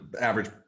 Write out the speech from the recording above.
average